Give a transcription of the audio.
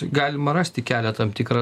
galima rasti kelią tam tikrą